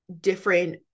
different